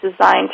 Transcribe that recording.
designed